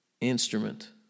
instrument